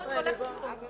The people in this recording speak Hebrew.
ואומרת לו "לך מפה".